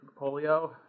polio